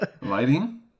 Lighting